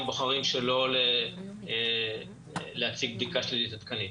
בוחרים שלא להציג בדיקה שלילית עדכנית.